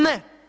Ne.